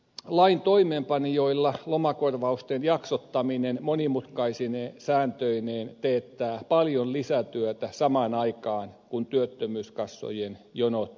lain toimeenpanijoilla lomakorvausten jaksottaminen monimutkaisine sääntöineen teettää paljon lisätyötä samaan aikaan kun työttömyyskassojen jonot pitenevät